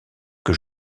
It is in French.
que